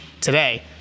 today